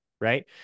right